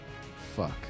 Fuck